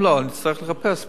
אם לא, נצטרך לחפש פתרון.